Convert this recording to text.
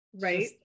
right